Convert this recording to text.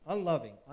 Unloving